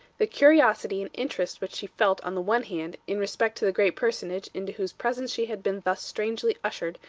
the curiosity and interest which she felt on the one hand, in respect to the great personage into whose presence she had been thus strangely ushered,